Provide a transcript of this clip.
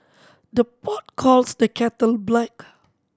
the pot calls the kettle black